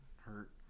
hurt